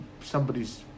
somebody's